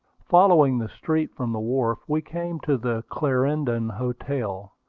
following the street from the wharf, we came to the clarendon hotel,